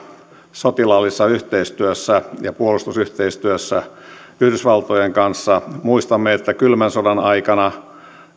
sotilaallisessa yhteistyössä ja puolustusyhteistyössä yhdysvaltojen kanssa muistamme että kylmän sodan aikana